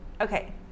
Okay